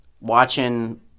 watching